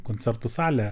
koncertų salė